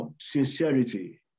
sincerity